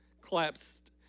collapsed